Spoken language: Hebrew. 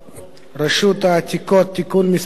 רשות העתיקות (תיקון מס' 5),